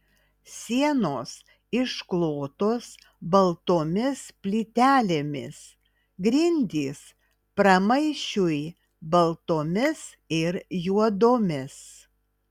sienos išklotos baltomis plytelėmis grindys pramaišiui baltomis ir juodomis